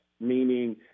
meaning